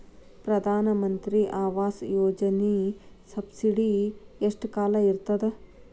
ಪ್ರಧಾನ ಮಂತ್ರಿ ಆವಾಸ್ ಯೋಜನಿ ಸಬ್ಸಿಡಿ ಎಷ್ಟ ಕಾಲ ಇರ್ತದ?